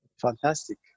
fantastic